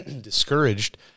discouraged